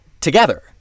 together